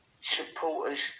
supporters